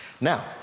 Now